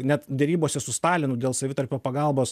net derybose su stalinu dėl savitarpio pagalbos